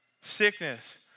Sickness